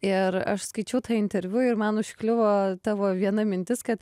ir aš skaičiau tą interviu ir man užkliuvo tavo viena mintis kad